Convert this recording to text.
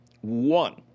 One